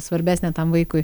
svarbesnė tam vaikui